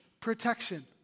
protection